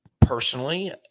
Personally